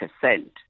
percent